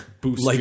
boost